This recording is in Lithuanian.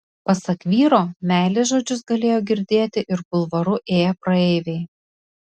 pasak vyro meilės žodžius galėjo girdėti ir bulvaru ėję praeiviai